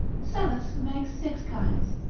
psellus makes six kinds,